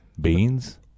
Beans